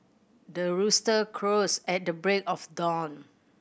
the rooster crows at the break of dawn